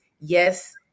Yes